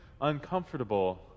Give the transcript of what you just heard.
uncomfortable